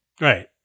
Right